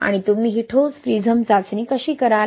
आणि तुम्ही ही ठोस प्रिझम चाचणी कशी कराल